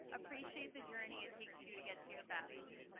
appreciate the journey it takes you to get to your best.